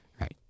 Right